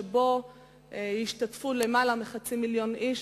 שבו השתתפו למעלה מחצי מיליון איש,